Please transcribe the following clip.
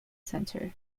center